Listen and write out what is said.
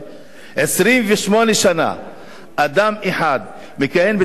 28 שנה אדם אחד מכהן בתפקיד,